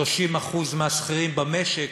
30% מהשכירים במשק